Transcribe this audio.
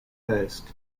hurst